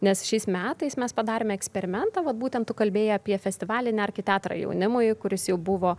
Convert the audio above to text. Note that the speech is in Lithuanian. nes šiais metais mes padarėm eksperimentą vat būtent tu kalbėjai apie festivalį nerk į teatrą jaunimui kuris jau buvo